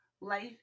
life